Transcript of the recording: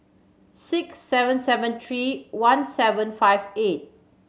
six seven seven three one seven five eight